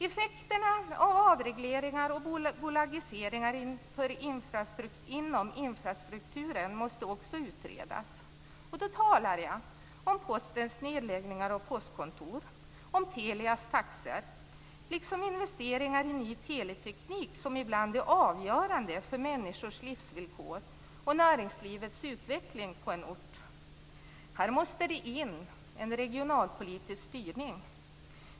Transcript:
Effekterna av avregleringar och bolagiseringar inom infrastrukturen måste också utredas. Då talar jag om Postens nedläggningar av postkontor, Telias taxor och investeringar i ny teleteknik som ibland är avgörande för människors livsvillkor och näringslivets utveckling på en ort. Här måste det in en regionalpolitisk styrning.